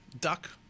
duck